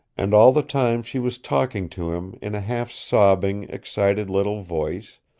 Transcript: and all the time she was talking to him in a half sobbing, excited little voice,